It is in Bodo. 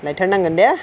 लायथारनांगोन दे